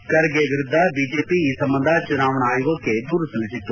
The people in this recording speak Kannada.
ಖರ್ಗೆ ವಿರುದ್ಧ ಬಿಜೆಪಿ ಈ ಸಂಬಂಧ ಚುನಾವಣಾ ಆಯೋಗಕ್ಕೆ ದೂರು ಸಲ್ಲಿಸಿತ್ತು